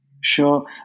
Sure